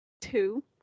two